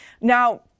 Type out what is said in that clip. Now